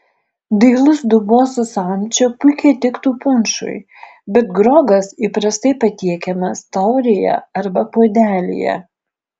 dailus dubuo su samčiu puikiai tiktų punšui bet grogas įprastai patiekiamas taurėje arba puodelyje